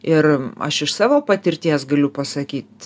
ir aš iš savo patirties galiu pasakyt